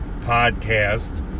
Podcast